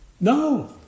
No